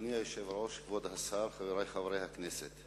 אדוני היושב-ראש, כבוד השר, חברי חברי הכנסת,